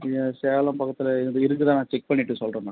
சேலம் பக்கத்தில் இங்கே இருக்குதான்னு நான் செக் பண்ணிவிட்டு சொல்கிறேன் மேடம்